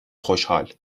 خوشحال